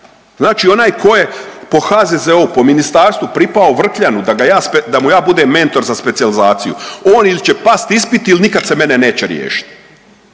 Znači onaj tko je po HZZO-u po ministarstvu pripao Vrkljanu da ga je, da mu ja budem mentor za specijalizaciju on ili će past ispit ili nikad se mene neće riješiti.